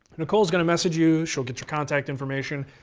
nicole's going to message you. she'll get your contact information,